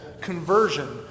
conversion